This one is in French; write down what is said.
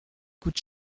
coûte